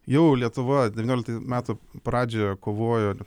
jau lietuvoje devynioliktų metų pradžioje kovojo